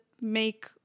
make